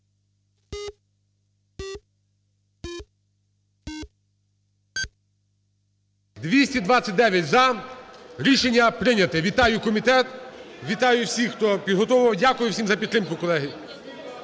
229-за. Рішення прийняте. Вітаю комітет. Вітаю всіх, хото підготовив. Дякую всім за підтримку, колеги.